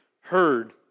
heard